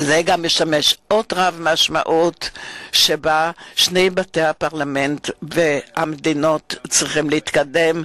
וזה גם אות רב-משמעות לדרך שבה שני בתי הפרלמנט והמדינות צריכים להתקדם.